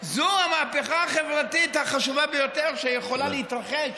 זו המהפכה החברתית החשובה ביותר שיכולה להתרחש